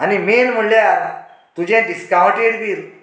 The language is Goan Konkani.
आनी मेन म्हळ्यार तुजें डिस्काॅवन्टूय बील